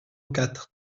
quatre